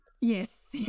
Yes